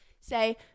Say